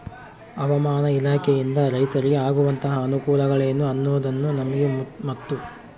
ಹವಾಮಾನ ಇಲಾಖೆಯಿಂದ ರೈತರಿಗೆ ಆಗುವಂತಹ ಅನುಕೂಲಗಳೇನು ಅನ್ನೋದನ್ನ ನಮಗೆ ಮತ್ತು?